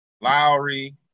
Lowry